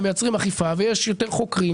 מייצרים אכיפה על ידי זה שיש יותר חוקרים,